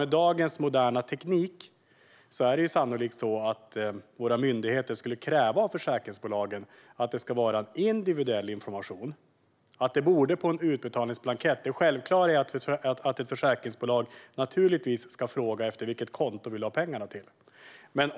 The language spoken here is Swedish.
Med dagens moderna teknik är det sannolikt så att våra myndigheter skulle kräva av försäkringsbolagen att det ska vara en individuell information och att försäkringsbolagen på en blankett naturligtvis ska fråga vilket konto man vill ha pengarna på.